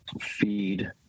feed